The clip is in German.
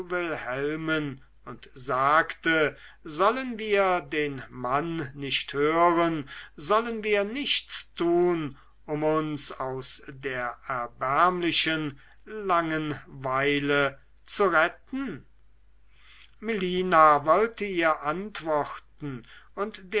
wilhelmen und sagte sollen wir den mann nicht hören sollen wir nichts tun um uns aus der erbärmlichen langenweile zu retten melina wollte ihr antworten und